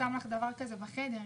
שם לך דבר כזה בחדר.